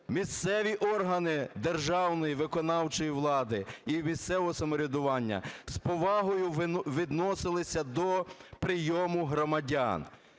місцеві органи державної виконавчої влади і місцевого самоврядування з повагою відносилися до прийому громадян.